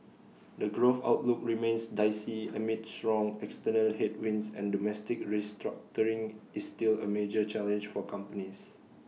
the growth outlook remains dicey amid strong external headwinds and domestic restructuring is still A major challenge for companies